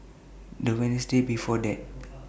The Wednesday before that